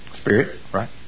spirit—right